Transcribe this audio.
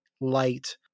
light